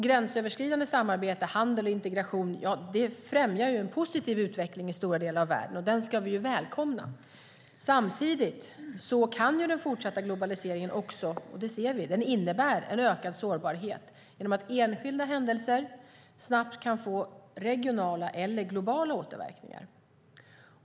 Gränsöverskridande samarbete, handel och integration främjar en positiv utveckling i stora delar av världen, och den ska vi välkomna. Samtidigt innebär den fortsatta globaliseringen - det ser vi - en ökad sårbarhet, genom att enskilda händelser snabbt kan få regionala eller globala återverkningar.